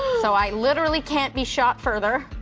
so i literally can't be shot further.